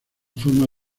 forma